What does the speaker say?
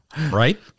Right